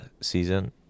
season